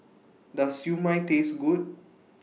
Does Siew Mai Taste Good